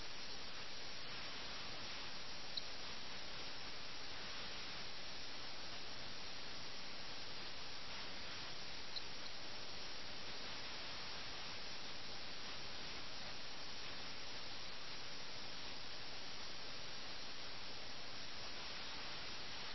അതിനാൽ നഗരത്തിലെ ആളുകളുടെ ഇന്ദ്രിയസുഖങ്ങളാൽ ദുഷിക്കപ്പെട്ട ഒരു നഗര ഇടം നമുക്കുണ്ട് അതനുസരിച്ച് നഗരത്തിനുള്ളിലെ ഗാർഹിക സ്ഥലവും അഴിമതി നിറഞ്ഞതാണ്